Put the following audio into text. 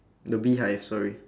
the beehive sorry